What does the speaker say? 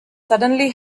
suddenly